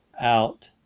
out